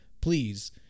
please